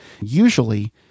Usually